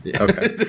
Okay